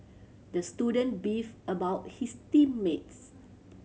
the student beefed about his team mates